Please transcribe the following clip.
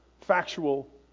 factual